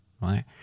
Right